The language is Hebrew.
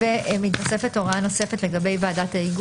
אני פותח את ישיבת ועדת החוקה חוק ומשפט.